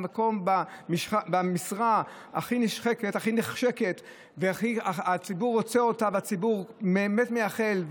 במשרה הכי נחשקת שהציבור רוצה אותה ובאמת מייחל,